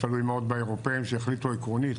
הוא תלוי מאוד באירופאים שיחליטו עקרונית